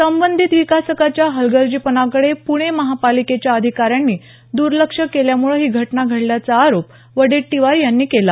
संबंधित विकासकाच्या हलगर्जीपणाकडे पुणे महापालिकेच्या अधिकाऱ्यांनी दूर्लक्ष केल्यामुळे ही घटना घडल्याचा आरोप वडेट्टीवार यांनी केला